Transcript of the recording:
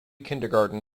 kindergarten